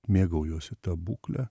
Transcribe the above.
mėgaujuosi ta būkle